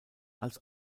als